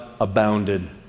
abounded